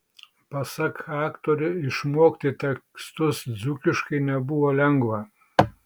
pasak aktorių išmokti tekstus dzūkiškai nebuvo lengva